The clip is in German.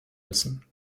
müssen